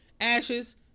ashes